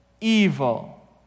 evil